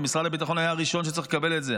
משרד הביטחון היה הראשון שצריך לקבל את זה,